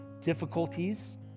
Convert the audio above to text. difficulties